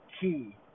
key